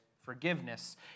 forgiveness